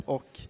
Och